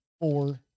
four